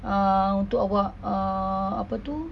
uh untuk awak uh apa tu